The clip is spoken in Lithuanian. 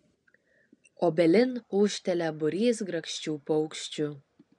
obelin ūžtelia būrys grakščių paukščių